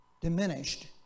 diminished